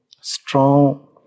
strong